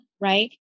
right